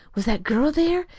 was that girl there?